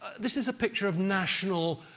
this is a picture of national.